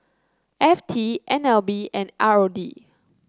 F T N L B and R O D